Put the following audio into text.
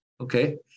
Okay